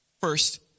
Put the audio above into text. First